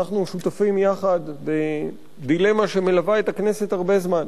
אנחנו שותפים יחד לדילמה שמלווה את הכנסת הרבה זמן